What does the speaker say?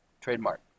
trademark